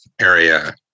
area